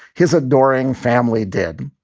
his adoring family did.